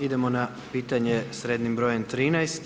Idemo na pitanje s rednim brojem 13.